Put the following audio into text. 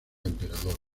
emperador